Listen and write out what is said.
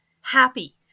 happy